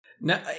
now